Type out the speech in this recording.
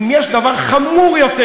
אם יש דבר חמור יותר,